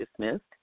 dismissed